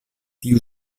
tiu